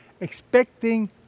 expecting